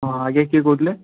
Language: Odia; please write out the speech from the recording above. ହଁ ଆଜ୍ଞା କିଏ କହୁଥିଲେ